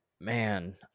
man